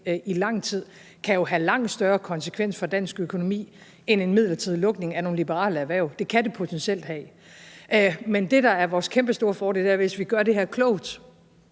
i lang tid, kan jo have langt større konsekvenser for dansk økonomi end en midlertidig lukning af nogle liberale erhverv – det kan det potentielt have. Men hvis vi gør det her klogt